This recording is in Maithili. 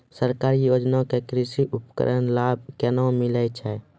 सरकारी योजना के कृषि उपकरण लाभ केना मिलै छै?